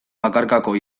bakarkako